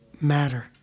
matter